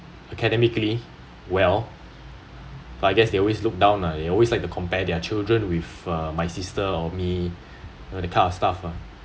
academically well but I guess they always look down lah they always like to compare their children with uh my sister or me you know that kind of stuff lah